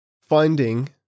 Finding